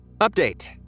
Update